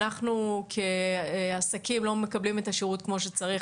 אנחנו כעסקים לא מקבלים את השירות כמו שצריך.